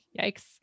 Yikes